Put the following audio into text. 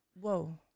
Whoa